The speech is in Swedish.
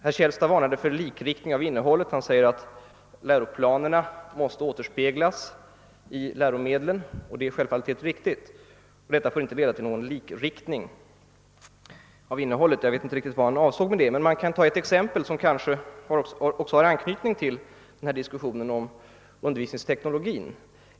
Herr Källstad varnade för likriktning av innehållet i läromedlen. Han säger att läroplanerna måste återspeglas i läromedlen. Det är självfallet helt riktigt. Jag vet inte riktigt vad han avsåg med att detta inte får leda till någon likriktning av innehållet. Jag kan ta ett exempel, som också har anknytning till den diskussion vi för om undervisningsteknologin.